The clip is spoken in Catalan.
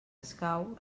escau